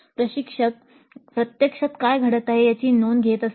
प्रशिक्षक प्रत्यक्षात काय घडत आहे याची नोंद घेत असतात